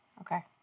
Okay